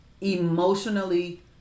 emotionally